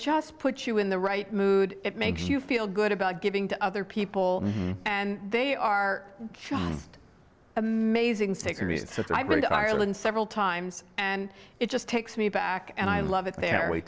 just puts you in the right mood it makes you feel good about giving to other people and they are amazing steak to ireland several times and it just takes me back and i love it there w